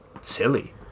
silly